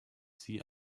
sie